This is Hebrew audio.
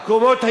המקומות,